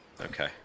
Okay